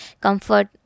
comfort